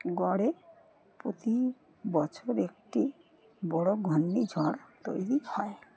গড়ে প্রতি বছর একটি বড়ো ঘূর্ণি ঝড় তৈরি হয়